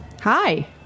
Hi